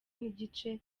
n’igice